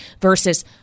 versus